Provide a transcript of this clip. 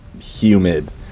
humid